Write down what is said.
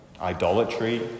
idolatry